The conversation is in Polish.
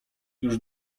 już